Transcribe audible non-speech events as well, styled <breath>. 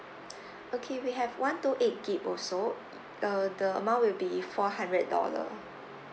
<breath> okay we have one two eight also <noise> uh the amount will be four hundred dollar